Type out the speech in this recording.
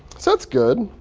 so that's good.